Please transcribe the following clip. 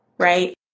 Right